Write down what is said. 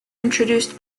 introduced